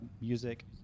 music